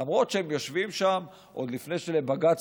למרות שהם יושבים שם עוד מלפני שלבג"ץ